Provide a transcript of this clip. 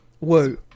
Woo